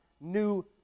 new